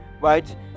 right